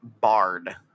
Bard